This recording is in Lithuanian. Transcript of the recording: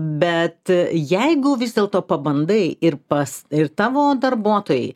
bet jeigu vis dėlto pabandai ir pas ir tavo darbuotojai